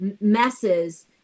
messes